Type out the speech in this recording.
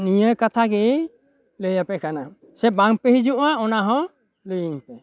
ᱱᱤᱭᱟᱹ ᱠᱟᱛᱷᱟᱜᱮ ᱞᱟᱹᱭᱟᱯᱮ ᱠᱟᱱᱟ ᱥᱮ ᱵᱟᱝᱯᱮ ᱦᱤᱡᱩᱜᱼᱟ ᱚᱱᱟ ᱦᱚᱸ ᱞᱟᱹᱭᱟᱹᱧ ᱯᱮ